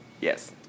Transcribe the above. yes